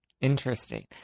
Interesting